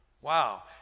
Wow